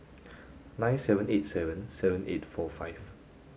nine seven eight seven seven eight four five